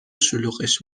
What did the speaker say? شلوغش